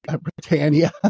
Britannia